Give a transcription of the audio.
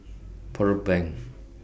Pearl Bank